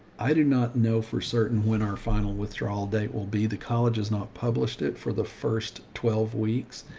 i do not know for certain, when our final withdrawal date will be, the college's not published it for the first twelve weeks.